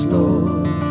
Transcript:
Lord